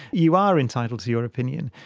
you are entitled to your opinion.